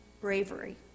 bravery